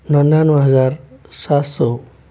निन्यानवे हज़ार सात सौ